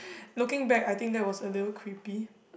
looking back I think that was a little creepy